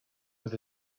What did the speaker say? with